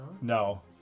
No